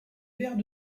verres